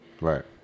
Right